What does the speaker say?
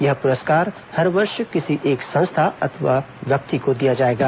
यह पुरस्कार हर वर्ष किसी एक संस्था अथवा व्यक्ति को दिया जाएगा